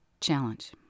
challenge